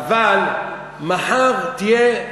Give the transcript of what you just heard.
אבל מחר תהיה,